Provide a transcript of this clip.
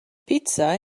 pizza